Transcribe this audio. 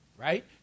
right